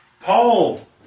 Paul